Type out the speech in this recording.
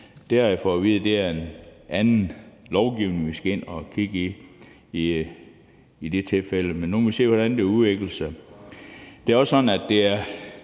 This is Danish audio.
det er en anden lovgivning, vi skal ind at kigge på i det tilfælde. Men nu må vi se, hvordan det udvikler sig. Det er også sådan, at hvis der